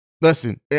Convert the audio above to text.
Listen